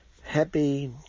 happy